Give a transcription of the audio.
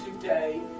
today